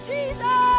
Jesus